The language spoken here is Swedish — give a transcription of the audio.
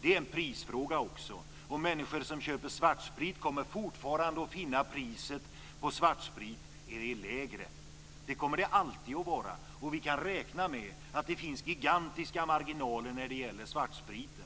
Det är en prisfråga också, och människor som köper svartsprit kommer fortfarande att finna att priset på svartsprit är lägre. Det kommer det alltid att vara, och vi kan räkna med att det finns gigantiska marginaler när det gäller svartspriten.